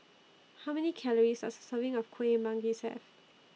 How Many Calories Does A Serving of Kueh Manggis Have